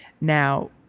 Now